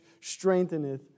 strengtheneth